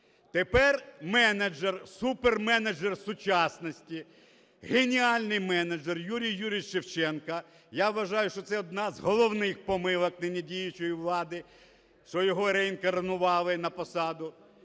Тепер менеджер, суперменеджер сучасності, геніальний менеджер Юрій Юрійович Шевченко, я вважаю, що це одна з головних помилок нині діючої влади, що його реінкарнували на посаду.